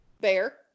bear